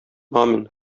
амин